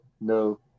no